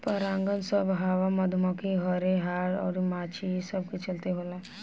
परागन सभ हवा, मधुमखी, हर्रे, हाड़ अउर माछी ई सब के चलते होला